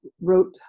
wrote